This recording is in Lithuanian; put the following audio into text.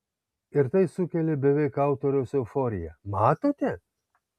ir tai sukelia beveik autoriaus euforiją matote